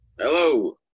Hello